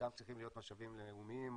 חלקם צריכים להיות משאבים לאומיים.